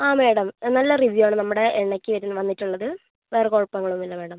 ആ മേഡം നല്ല റിവ്യു ആണ് നമ്മുടെ എണ്ണയ്ക്ക് വന്നിട്ടുള്ളത് വേറെ കുഴപ്പങ്ങളൊന്നും ഇല്ല മേഡം